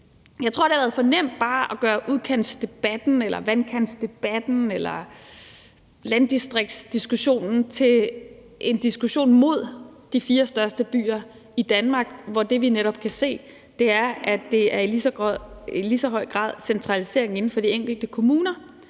Jeg tror, det har været for nemt bare at gøre udkantsdebatten eller vandkantsdebatten eller landdistriktsdiskussionen til en diskussion mod de fire største byer i Danmark, når det, vi netop kan se, er, at det i lige så høj grad er centraliseringen inden for de enkelte kommuner,